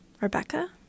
Rebecca